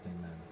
amen